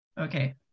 okay